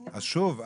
שוב,